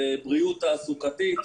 בבריאות תעסוקתית,